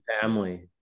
family